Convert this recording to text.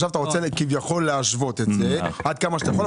עכשיו אתה רוצה כביכול להשוות את זה עד כמה שאתה יכול,